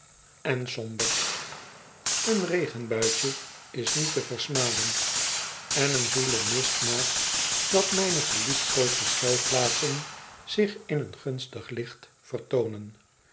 berst een regenbuitje is niet te versmaden en een zoele mist maakt dat myne geliefkoosde schuilplaatsen zich in een gunstig licht vertoonen